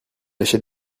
achète